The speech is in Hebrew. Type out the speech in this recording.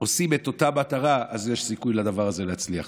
עושים את אותה מטרה, אז יש סיכוי לדבר הזה להצליח.